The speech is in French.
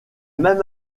même